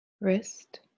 wrist